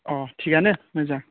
अह थिगानो मोजां